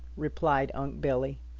replied unc' billy.